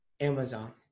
Amazon